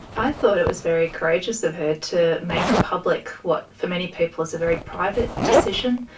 i thought it was very courageous of her to make public what for many people is a very private decision,